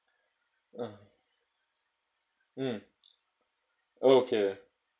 uh mm oh okay